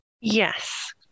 Yes